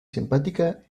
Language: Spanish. simpática